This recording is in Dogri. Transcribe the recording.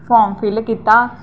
फार्म फिल कीता